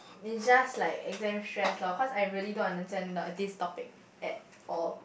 is just like exam stress loh cause I really don't understand the this topic at all